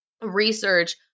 research